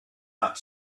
that